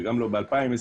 וגם לא ב 2024,